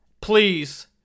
Please